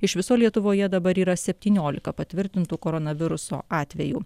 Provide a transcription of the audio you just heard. iš viso lietuvoje dabar yra septyniolika patvirtintų koronaviruso atvejų